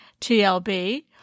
TLB